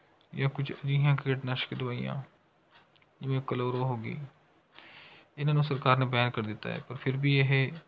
ਜਾਂ ਕੁਛ ਅਜਿਹੀਆਂ ਕੀਟਨਾਸ਼ਕ ਦਵਾਈਆਂ ਜਿਵੇਂ ਕਲੋਰੋ ਹੋ ਗਈ ਇਹਨਾਂ ਨੂੰ ਸਰਕਾਰ ਨੇ ਬੈਨ ਕਰ ਦਿੱਤਾ ਹੈ ਪਰ ਫਿਰ ਵੀ ਇਹ